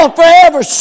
forever